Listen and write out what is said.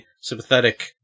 sympathetic